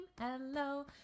Hello